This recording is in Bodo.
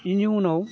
इनि उनाव